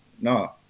no